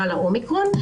ובגל האומיקרון,